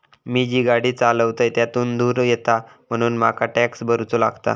मी जी गाडी चालवतय त्यातुन धुर येता म्हणून मका टॅक्स भरुचो लागता